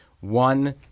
one